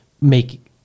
make